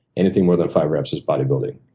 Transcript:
anything more than five reps is bodybuilding,